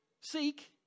Seek